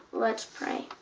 let's pray.